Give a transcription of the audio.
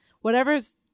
whatever's